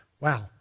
Wow